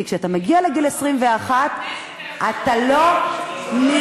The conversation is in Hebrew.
כי כשאתה מגיע לגיל 21 אתה לא נרפא.